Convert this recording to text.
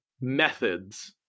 methods